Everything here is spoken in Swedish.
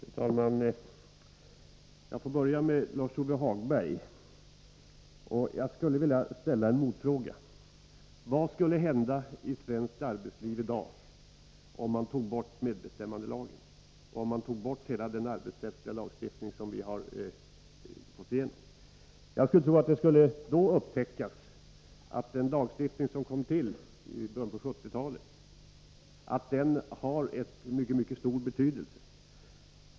Fru talman! Jag börjar med Lars-Ove Hagbergs inlägg, och jag skulle vilja ställa en motfråga: Vad skulle hända i svenskt arbetsliv i dag om man tog bort medbestämmandelagen och om man tog bort hela den arbetsrättsliga lagstiftning som vi har fått igenom? Jag tror att man då skulle upptäcka att den lagstiftning som kom till i början av 1970-talet har en mycket stor betydelse.